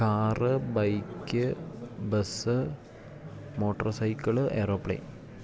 car bike bus motor cycle aero plane